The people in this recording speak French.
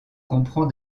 comprend